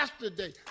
yesterday